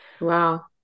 Wow